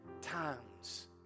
times